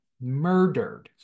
murdered